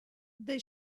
they